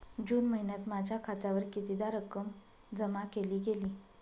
जून महिन्यात माझ्या खात्यावर कितीदा रक्कम जमा केली गेली?